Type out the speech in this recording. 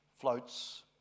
floats